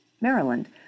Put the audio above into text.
Maryland